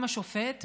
גם השופט,